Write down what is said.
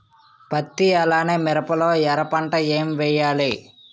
పత్తి అలానే మిరప లో ఎర పంట ఏం వేయాలి?